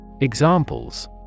Examples